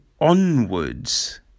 onwards